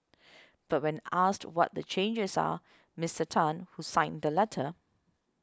but when asked what the changes are Mister Tan who signed the letter